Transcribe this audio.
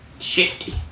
Shifty